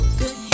good